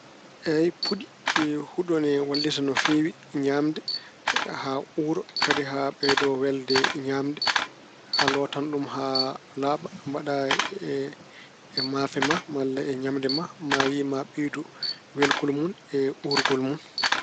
Eey, puɗi e huɗo ina wallita no feewi ñaamde haa uura kadi haa ɓeydoo welde ñaamde. A lootan ɗum haa laaɓa, mbaɗa e maafe ma malla e ñaamde. Maa yiyi maa beydu welgol mun e uurgol mun.